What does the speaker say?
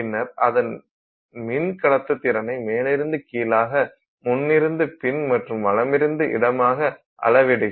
பின்னர் அதன் மின் கடத்துத்திறனை மேலிருந்து கீழாக முன் இருந்து பின் மற்றும் வலமிருந்து இடமாக அளவிடுகிறோம்